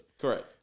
Correct